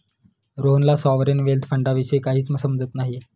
रोहनला sovereign wealth फंडाविषयी काहीच समजत नाही